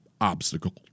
obstacle